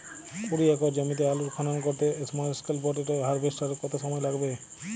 কুড়ি একর জমিতে আলুর খনন করতে স্মল স্কেল পটেটো হারভেস্টারের কত সময় লাগবে?